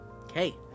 Okay